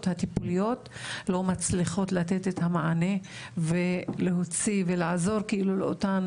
הטיפוליות לא מצליחות לתת את המענה ולהוציא ולעזור לאותן